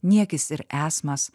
niekis ir esmas